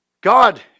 God